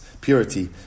purity